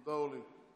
תודה, אורלי.